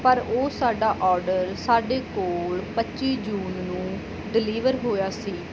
ਪਰ ਉਹ ਸਾਡਾ ਆਰਡਰ ਸਾਡੇ ਕੋਲ ਪੱਚੀ ਜੂਨ ਨੂੰ ਡਿਲੀਵਰ ਹੋਇਆ ਸੀ